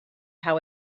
how